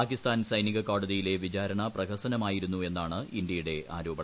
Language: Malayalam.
പാകിസ്ഥാൻ സൈനിക കോടതിയിലെ വിചാരണ പ്രഹസനമായിരുന്നു എന്നാണ് ഇന്ത്യയുടെ ആരോപണം